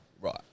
Right